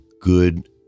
good